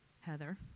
Heather